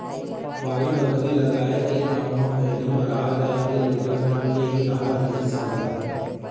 बाड़ी बखरी लगाए के काम ह पहिली मरार जात के लोगन मन के ही राहत रिहिस हवय